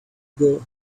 ago